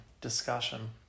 discussion